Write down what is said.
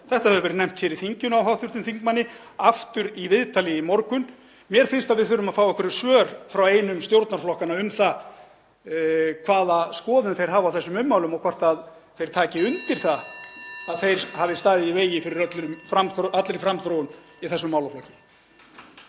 þetta hefur verið nefnt hér í þinginu af hv. þingmanni og aftur í viðtali í morgun. Mér finnst að við þurfum að fá einhver svör frá einum stjórnarflokkanna um það hvaða skoðun þeir hafa á þessum ummælum og hvort þeir taki undir það að þeir hafi staðið í vegi fyrir allri framþróun í þessum málaflokki.